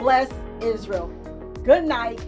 bless israel good night